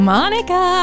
Monica